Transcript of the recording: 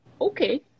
okay